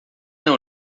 não